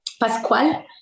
Pascual